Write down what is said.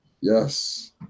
Yes